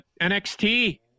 NXT